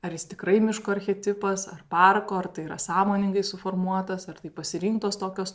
ar jis tikrai miško archetipas ar parko ar tai yra sąmoningai suformuotas ar tai pasirinktos tokios